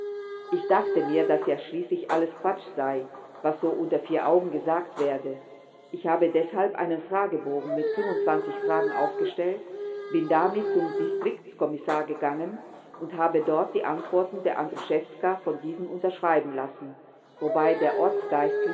ich dachte mir daß ja schließlich alles quatsch sei was so unter vier augen gesagt werde ich habe deshalb einen fragebogen mit fragen aufgestellt bin damit zum distriktskommissar gegangen und habe dort die antworten der andruszewska von dieser unterschreiben lassen wobei der